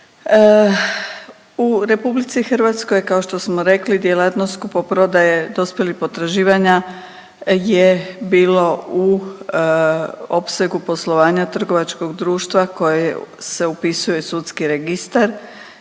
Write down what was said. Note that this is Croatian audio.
U RH kao što smo rekli djelatnost kupoprodaje dospjelih potraživanja je bilo u opsegu poslovanja trgovačkog društva koje se upisuje u sudski registar